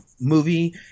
movie